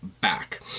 back